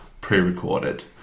pre-recorded